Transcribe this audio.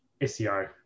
SEO